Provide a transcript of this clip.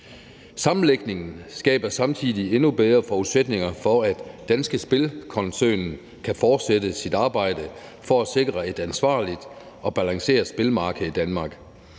Sammenlægningen skaber samtidig endnu bedre forudsætninger for, at Danske Spil-koncernen kan fortsætte sit arbejde for at sikre et ansvarligt og balanceret spillemarked i Danmark,